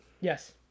Yes